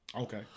Okay